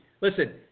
listen